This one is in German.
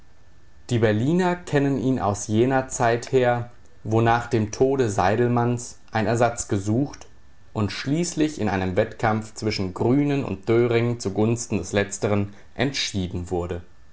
die berliner kennen ihn aus jener zeit her wo nach dem tode seydelmanns ein ersatz gesucht und schließlich in einem wettkampf zwischen grünen und döring zugunsten des letztern entschieden wurde